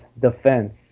defense